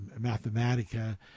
Mathematica